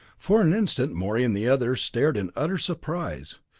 for an instant morey and the others stared in utter surprise.